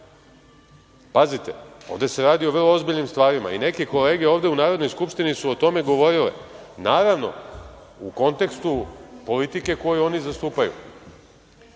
građani? Ovde se radi o vrlo ozbiljnim stvarima i neke kolege ovde u Narodnoj skupštini su o tome govorile, naravno, u kontekstu politike koju oni zastupaju.